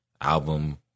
album